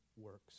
works